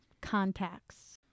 contacts